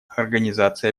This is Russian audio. организации